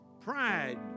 pride